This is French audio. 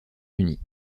unis